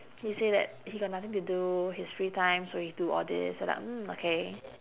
he say that he got nothing to do his free time so he do all this then I'm mm okay